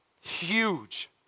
huge